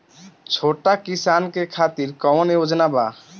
छोटा किसान के खातिर कवन योजना बा?